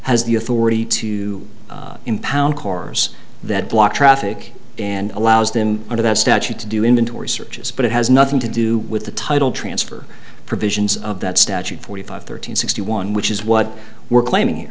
has the authority to impound cars that block traffic and allows them under that statute to do inventory searches but it has nothing to do with the title transfer provisions of that statute forty five thirteen sixty one which is what we're claiming